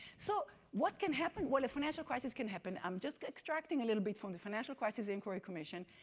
so what can happen? well, a financial crisis can happen. i'm just extracting a little bit from the financial crisis inquiry commission,